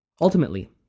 Ultimately